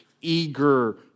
eager